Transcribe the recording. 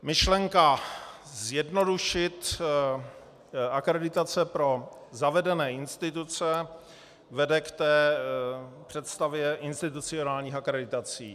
Myšlenka zjednodušit akreditace pro zavedené instituce vede k té představě institucionálních akreditací.